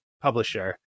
publisher